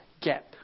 gap